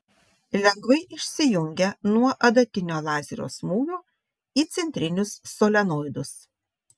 lengvai išsijungia nuo adatinio lazerio smūgio į centrinius solenoidus